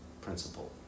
principle